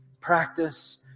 practice